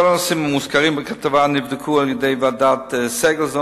הנושאים המוזכרים בכתבה נבדקו על-ידי ועדת-סגלסון,